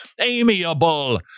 amiable